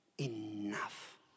enough